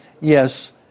yes